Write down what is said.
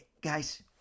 guys